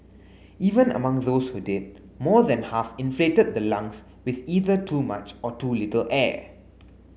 even among those who did more than half inflated the lungs with either too much or too little air